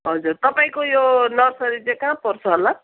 हजुर तपाईँको यो नर्सरी चाहिँ कहाँ पर्छ होला